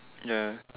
ya